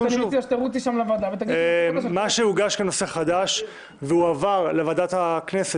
מה שהוגש כנושא חדש והועבר לוועדת הכנסת